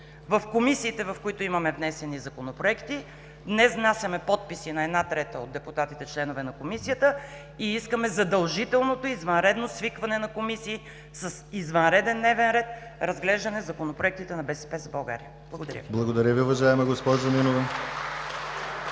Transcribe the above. В комисиите, в които имаме внесени законопроекти, днес внасяме подписи на една трета от депутатите членове на Комисията, и искаме задължително извънредно свикване на комисии, с извънреден дневен ред: разглеждане законопроектите на „БСП за България“. (Ръкопляскания от „БСП за България“.)